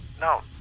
no